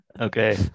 okay